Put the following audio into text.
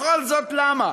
וכל זאת למה?